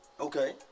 Okay